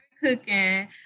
cooking